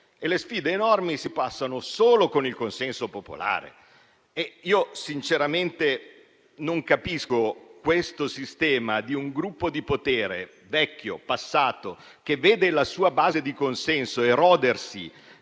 e le sfide enormi si superano solo con il consenso popolare. Sinceramente, non capisco questo sistema con un gruppo di potere vecchio, passato, che vede la sua base di consenso erodersi